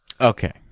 okay